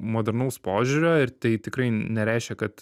modernaus požiūrio ir tai tikrai nereiškia kad